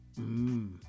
Mmm